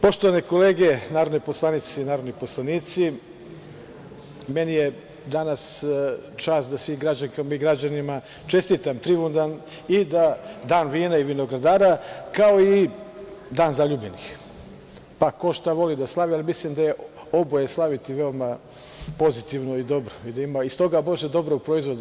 Poštovane kolege, narodne poslanice i narodni poslanici, meni je danas čast da svim građankama i građanima čestitam Trivundan i Dan vinara i vinogradara, kao i Dan zaljubljenih, pa ko šta voli da slavi, mislim da je oboje slaviti veoma pozitivno i dobro, i da ima i da bude dobrog proizvoda.